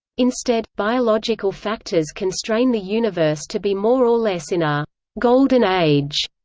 instead, biological factors constrain the universe to be more or less in a golden age,